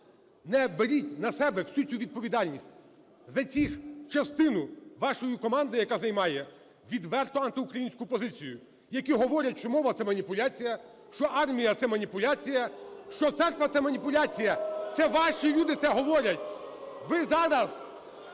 Не беріть на себе всю цю відповідальність за частину вашої команди, яка займає відверто антиукраїнську позицію, які говорять, що мова – це маніпуляція, що армія – це маніпуляція, що церква – це маніпуляція. Це ваші люди це говорять. (Шум